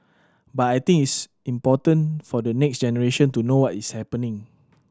but I think it's important for the next generation to know what is happening